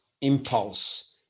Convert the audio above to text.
impulse